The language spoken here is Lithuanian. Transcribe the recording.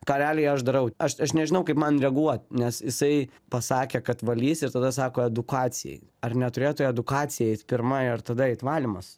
ką realiai aš darau aš aš nežinau kaip man reaguot nes jisai pasakė kad valys ir tada sako edukacijai ar neturėtų į edukaciją eit pirma ir tada eit valymas